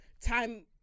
Time